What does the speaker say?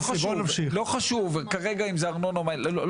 לא חשוב כרגע אם זה ארנונה או מים וביוב.